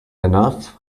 enough